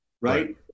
right